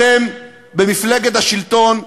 אתם במפלגת השלטון,